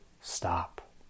stop